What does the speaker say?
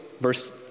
verse